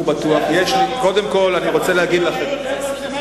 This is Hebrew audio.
איפה הסימטריה?